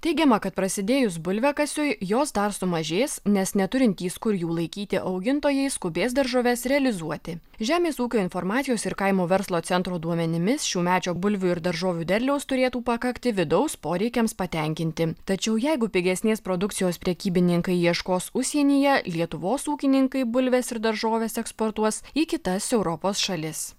teigiama kad prasidėjus bulviakasiui jos dar sumažės nes neturintys kur jų laikyti augintojai skubės daržoves realizuoti žemės ūkio informacijos ir kaimo verslo centro duomenimis šiųmečio bulvių ir daržovių derliaus turėtų pakakti vidaus poreikiams patenkinti tačiau jeigu pigesnės produkcijos prekybininkai ieškos užsienyje lietuvos ūkininkai bulves ir daržoves eksportuos į kitas europos šalis